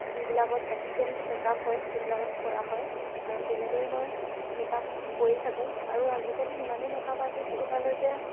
যিবিলাকত accident makeup হয় সেইবিলাকত কৰা হয় আৰু তেনেদৰেই মই মেকআপ কৰি থাকো আৰু আজিকালি ইমানেই মেকআপ আৰ্টিষ্ট ওলালে যে